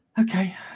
okay